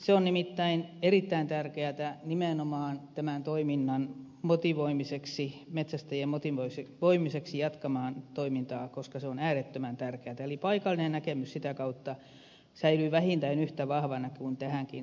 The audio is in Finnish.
se on nimittäin erittäin tärkeätä nimenomaan tämän toiminnan motivoimiseksi metsästäjien motivoimiseksi jatkamaan toimintaa koska se on äärettömän tärkeätä eli paikallinen näkemys sitä kautta säilyy vähintään yhtä vahvana kuin tähänkin saakka